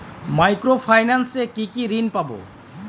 Micro finance এ কি কি ঋণ পাবো?